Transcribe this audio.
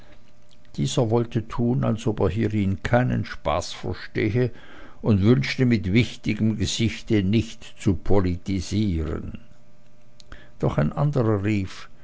dieser wollte tun als ob er hierin keinen spaß verstehe und wünschte mit wichtigem gesicht nicht zu politisieren doch ein anderer rief